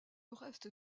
reste